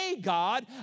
God